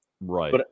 Right